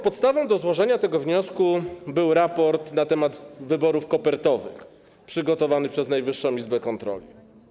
Podstawą do złożenia tego wniosku był raport na temat wyborów kopertowych, przygotowanych przez Najwyższą Izbę Kontroli.